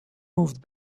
moved